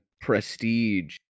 Prestige